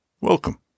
Welcome